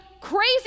crazy